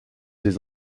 des